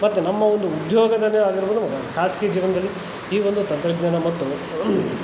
ಮತ್ತು ನಮ್ಮ ಒಂದು ಉದ್ಯೋಗದಲ್ಲಿ ಆಗಿರ್ಬೋದು ಖಾಸಗಿ ಜೀವನದಲ್ಲಿ ಈ ಒಂದು ತಂತ್ರಜ್ಞಾನ ಮತ್ತು